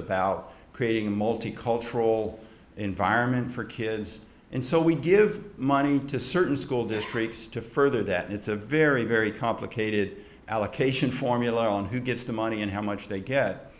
about creating a multicultural environment for kids and so we give money to certain school districts to further that it's a very very complicated allocation formula on who gets the money and how much they get